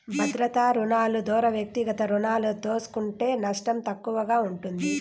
భద్రతా రుణాలు దోరా వ్యక్తిగత రుణాలు తీస్కుంటే నష్టం తక్కువగా ఉంటుంది